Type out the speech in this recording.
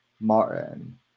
Martin